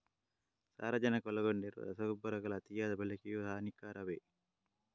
ಸಾರಜನಕ ಒಳಗೊಂಡಿರುವ ರಸಗೊಬ್ಬರಗಳ ಅತಿಯಾದ ಬಳಕೆಯು ಹಾನಿಕಾರಕವೇ?